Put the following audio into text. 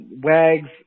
Wags